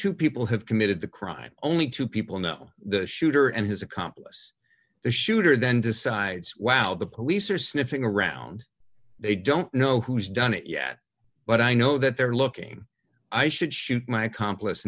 two people have committed the crime only two people know the shooter and his accomplice the shooter then decides while the police are sniffing around they don't know who's done it yet but i know that they're looking i should shoot my accomplice